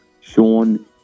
Sean